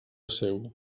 seu